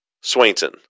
Swainson